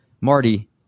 Marty